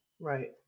Right